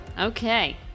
Okay